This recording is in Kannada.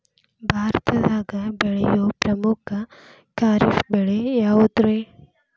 ಭಾರತದಾಗ ಬೆಳೆಯೋ ಪ್ರಮುಖ ಖಾರಿಫ್ ಬೆಳೆ ಯಾವುದ್ರೇ?